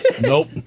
Nope